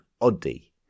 Oddi